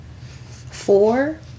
four